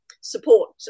support